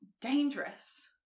dangerous